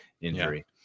injury